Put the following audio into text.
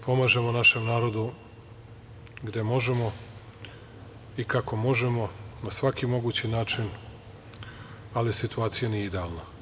Pomažemo našem narodu gde možemo i kako možemo na svaki mogući način, ali situacija nije idealna.